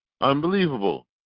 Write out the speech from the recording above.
unbelievable